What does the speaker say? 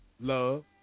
love